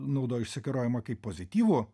naudoju išsikerojimą kaip pozityvų